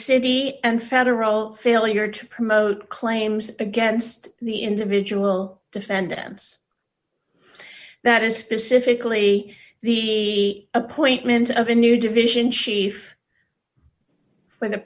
city and federal failure to promote claims against the individual defendants that is specifically the appointment of a new division chief for the